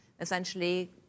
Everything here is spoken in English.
essentially